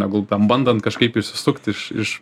negu ten bandant kažkaip išsisukt iš iš